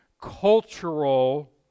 cultural